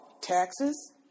taxes